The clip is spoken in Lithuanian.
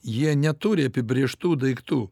jie neturi apibrėžtų daiktų